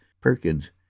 Perkins